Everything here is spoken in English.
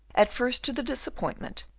at first to the disappointment,